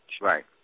Right